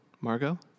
Margot